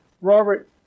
Robert